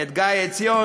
את גיא עציון,